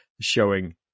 showing